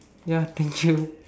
ya thank you